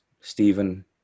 stephen